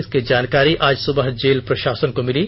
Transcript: इसकी जानकारी आज सुबह जेल प्रशासन को मिली